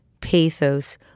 pathos